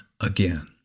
again